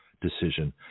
decision